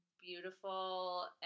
beautiful